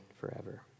forever